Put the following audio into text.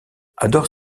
adore